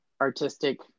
artistic